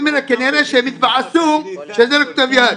כנראה שהם התבאסו שזה רק כתב יד.